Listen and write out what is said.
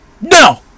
no